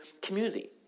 community